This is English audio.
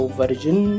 Virgin